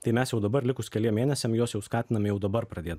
tai mes jau dabar likus keliem mėnesiam juos jau skatinam jau dabar pradėt